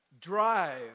drive